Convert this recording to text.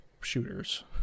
shooters